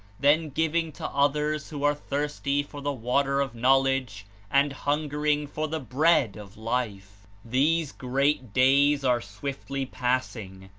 then giving to others who are thirsting for the water of knowledge and hungering for the bread of life! these great days are swiftly passing,